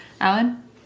Alan